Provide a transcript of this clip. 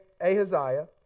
Ahaziah